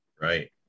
Right